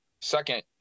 Second